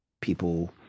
people